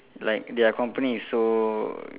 like their company is so